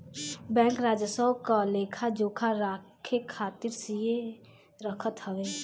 bank राजस्व क लेखा जोखा रखे खातिर सीए रखत हवे